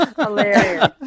hilarious